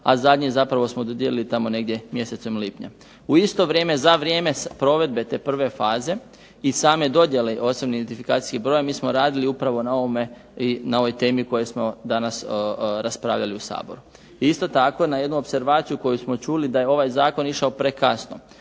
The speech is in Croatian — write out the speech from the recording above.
a zadnje zapravo smo dodijelili tamo negdje u mjesecu lipnju. U isto vrijeme, za vrijeme provedbe te prve faze i same dodjele osobnih identifikacijskih brojeva mi smo radili upravo na ovoj temi koju smo danas raspravljali u Saboru. Isto tako, na jednu opservaciju koju smo čuli da je ovaj zakon išao prekasno.